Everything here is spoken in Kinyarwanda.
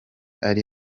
ari